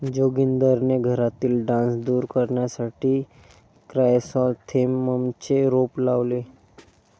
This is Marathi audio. जोगिंदरने घरातील डास दूर करण्यासाठी क्रायसॅन्थेममचे रोप लावले